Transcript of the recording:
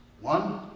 One